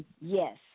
yes